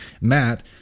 matt